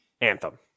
Anthem